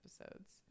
episodes